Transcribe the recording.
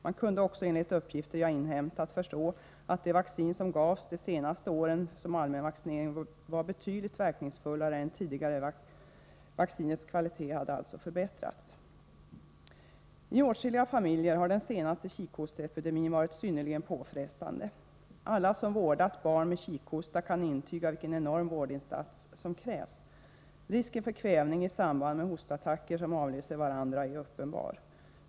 Man kunde också enligt uppgifter jag inhämtat förstå att det vaccin som gavs de senaste åren som allmän vaccinering var betydligt verkningsfullare än tidigare vaccin. Vaccinets kvalitet hade alltså förbättrats. I åtskilliga familjer har den senaste kikhosteepidemin varit synnerligen påfrestande. Alla som vårdat barn med kikhosta kan intyga vilken enorm vårdinsats som krävs. Risken för kvävning i samband med hostattacker som avlöser varandra är uppenbar.